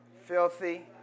Filthy